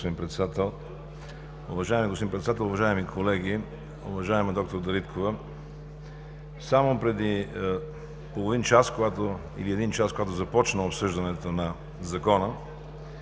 Уважаеми господин Председател, уважаеми колеги! Уважаема д-р Дариткова, само преди половин или един час, когато започна обсъждането на Закона,